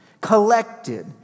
collected